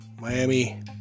Miami